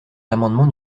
l’amendement